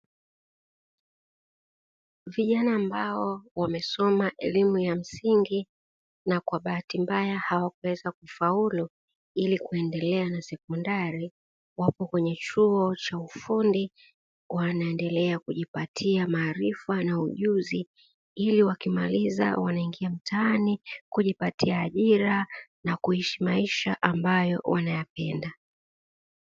Vijana ambao wamesoma elimu ya msingi na kwa bahati mbaya hawakuweza kufaulu ili kuendelea na sekondari, wapo kwenye chuo cha ufundi wanaendelea kujipatia maarifa na ujuzi ili wakimaliza wanaingia mtaani kujipatia ajira na kuishi maisha ambayo wanayapenda.